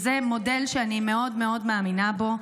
שזה מודל שאני מאוד מאוד מאמינה בו.